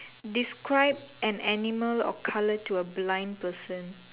describe an animal or colour to a blind person